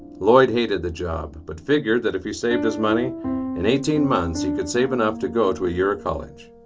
lloyd hated the job but figured that if he saved his money in eighteen months he could save enough to go to a year of college.